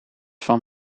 van